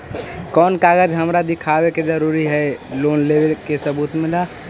कौन कागज हमरा दिखावे के जरूरी हई लोन लेवे में सबूत ला?